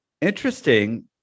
interesting